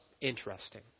Interesting